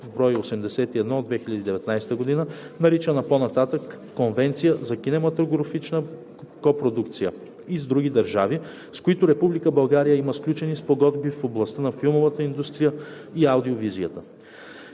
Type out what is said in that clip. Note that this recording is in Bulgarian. бр. 81 от 2019 г.), наричана по-нататък „Конвенция за кинематографичната копродукция“ и с други държави, с които Република България има сключени спогодби в областта на филмовата индустрия и аудио-визията;